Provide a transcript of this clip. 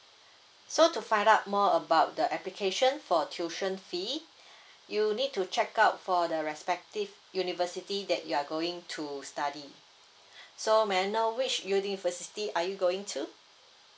so to find out more about the application for tuition fee you need to check out for the respective university that you are going to study so may I know which university are you going to